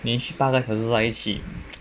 你是八个小时在一起